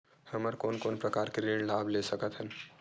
हमन कोन कोन प्रकार के ऋण लाभ ले सकत हन?